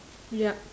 ya